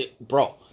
Bro